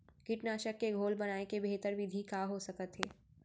कीटनाशक के घोल बनाए के बेहतर विधि का हो सकत हे?